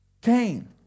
Cain